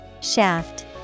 Shaft